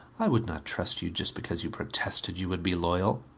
i would not trust you just because you protested you would be loyal.